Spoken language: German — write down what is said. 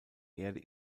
erde